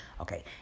okay